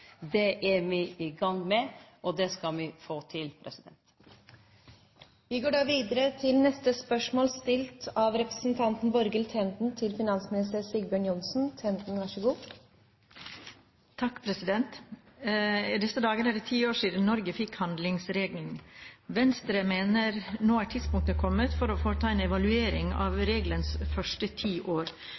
Det er me i gong med, og det skal me få til. «I disse dager er det ti år siden Norge fikk handlingsregelen. Venstre mener nå er tidspunktet kommet for å foreta en evaluering av regelens første ti år.